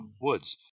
woods